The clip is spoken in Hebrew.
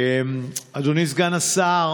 אדוני סגן השר,